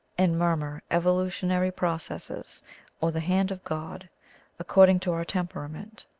and murmur evolutionary proc esses or the hand of god according to our temperament.